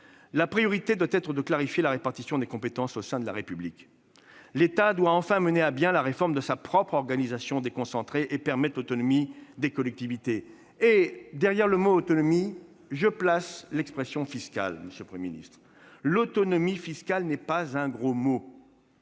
La priorité doit être de clarifier la répartition des compétences au sein de la République. L'État doit enfin mener à bien la réforme de sa propre organisation déconcentrée et permettre l'autonomie des collectivités. Derrière le mot « autonomie », je place l'expression fiscale, monsieur le Premier ministre. L'autonomie fiscale n'est pas un gros mot,